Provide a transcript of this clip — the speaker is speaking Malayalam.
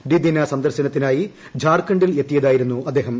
ദ്വിദിന സന്ദർശനത്തിനായി ഝാർഖണ്ഡിൽ എത്തിയതായിരുന്നു അദ്ദേഹം